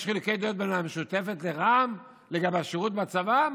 יש חילוקי דעות בין המשותפת לרע"מ לגבי השירות בצבא?